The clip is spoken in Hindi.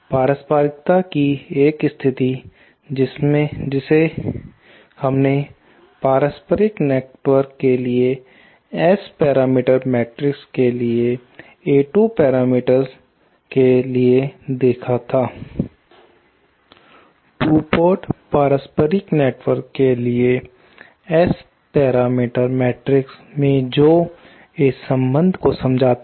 पारस्परिकता की एक स्थिति जिसे हमने पारस्परिक नेटवर्क के लिए S पैरामीटर मैट्रिक्स के लिए A2 पैरामीटर के लिए देखा था 2 पोर्ट पारस्परिक नेटवर्क के लिए S पैरामीटर मैट्रिक में जो इस संबंध को समझाता है